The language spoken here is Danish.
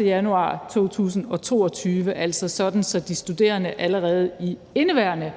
1. januar 2022, altså sådan at de studerende allerede i indeværende